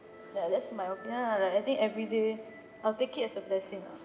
ya that's my opinion ah like I think everyday I'll take it as a blessing